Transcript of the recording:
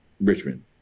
Richmond